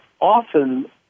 often